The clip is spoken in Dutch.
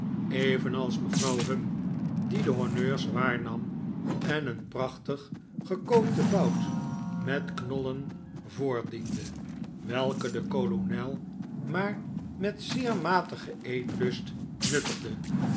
evenals mevrouw hum die de honneurs waarnam en een prachtig gekookten bout met knollen voordiende welke de kolonel maar met zeer matigen eetlust nuttigde